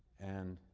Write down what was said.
and